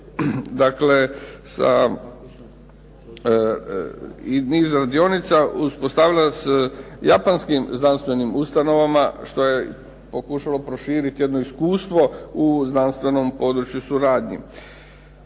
sa i niz radionica sa Japanskim znanstvenim ustanovama, što je pokušalo proširiti jedno iskustvo u znanstvenom području suradnje.